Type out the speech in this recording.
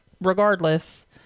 regardless